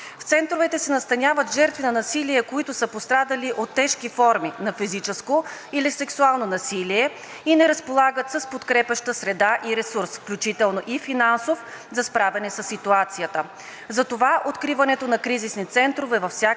В центровете се настаняват жертви на насилие, които са пострадали от тежки форми на физическо или сексуално насилие и не разполагат с подкрепяща среда и ресурс, включително и финансов за справяне със ситуацията. Затова откриването на кризисни центрове във всяка